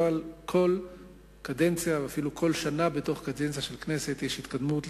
אבל כל קדנציה ואפילו כל שנה בתוך קדנציה של כנסת יש התקדמות,